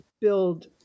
build